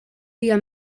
dia